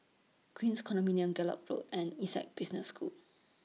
Queens Condominium Gallop Road and Essec Business School